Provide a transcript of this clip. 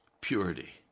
Purity